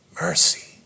mercy